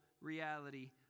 reality